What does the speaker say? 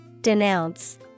Denounce